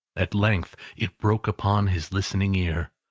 at length it broke upon his listening ear.